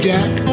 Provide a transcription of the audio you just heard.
Jack